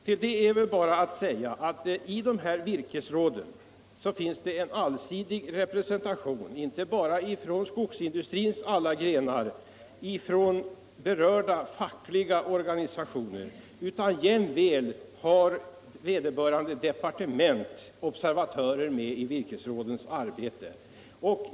Till det är att säga att det i virkesråden inte bara finns en allsidig representation, från skogsindustrins alla grenar och berörda fackliga organisationer, utan vederbörande departement har också observatörer med i virkesrådens arbete.